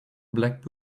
black